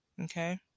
okay